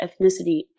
ethnicity